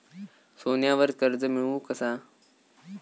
सोन्यावर कर्ज मिळवू कसा?